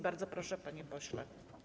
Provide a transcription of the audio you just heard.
Bardzo proszę, panie pośle.